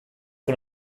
von